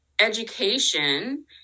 education